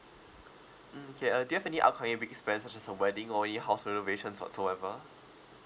mm okay uh do you have any upcoming weekly expenses such as a wedding or your house renovation whatsoever